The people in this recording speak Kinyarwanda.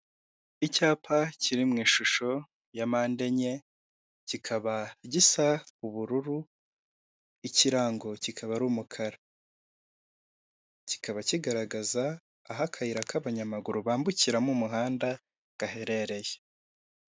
Icyapa kiri mu ishusho ya mpande enye kikaba gisa ubururu, ikirango kikaba ari umukara, kikaba kigaragaza aho akayira k'abanyamaguru bambukiramo umuhanda gaherereye.